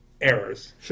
errors